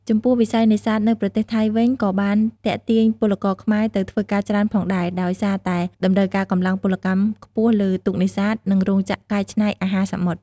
ចំពោះវិស័យនេសាទនៅប្រទេសថៃវិញក៏បានទាក់ទាញពលករខ្មែរទៅធ្វើការច្រើនផងដែរ ដោយសារតែតម្រូវការកម្លាំងពលកម្មខ្ពស់លើទូកនេសាទ និងរោងចក្រកែច្នៃអាហារសមុទ្រ ។